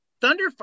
Thunder